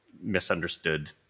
misunderstood